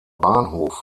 bahnhof